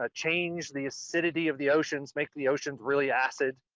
ah changed the acidity of the oceans, making the oceans really acid,